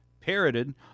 parroted